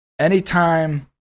Anytime